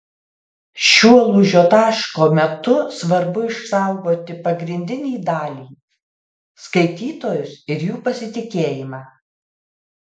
šiuo lūžio taško metu svarbu išsaugoti pagrindinį dalį skaitytojus ir jų pasitikėjimą